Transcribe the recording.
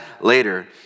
later